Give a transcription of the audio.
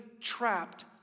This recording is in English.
trapped